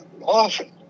often